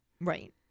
Right